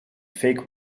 fake